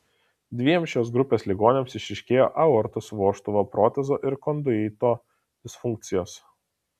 dviem šios grupės ligoniams išryškėjo aortos vožtuvo protezo ir konduito disfunkcijos